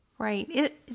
Right